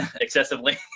excessively